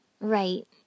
Right